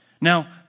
Now